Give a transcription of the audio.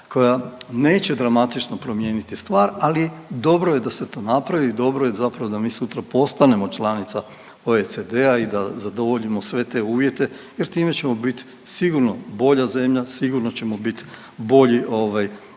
koja neće dramatično promijeniti stvar, ali dobro je da se to napravi i dobro je zapravo da mi sutra postanemo članica OECD-a i da zadovoljimo sve te uvjete jer time ćemo biti sigurno bolja zemlja, sigurno ćemo biti bolji ovaj,